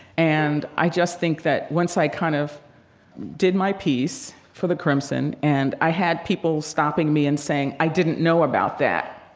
and, i just think that once i kind of did my piece for the crimson and i had people stopping me and saying, i didn't know about that.